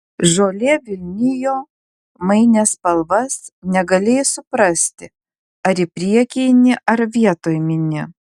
žolė vilnijo mainė spalvas negalėjai suprasti ar į priekį eini ar vietoj mini